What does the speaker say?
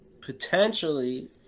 Potentially